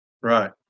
Right